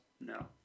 No